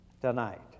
tonight